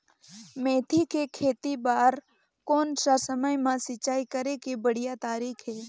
मेथी के खेती बार कोन सा समय मां सिंचाई करे के बढ़िया तारीक हे?